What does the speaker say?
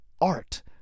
art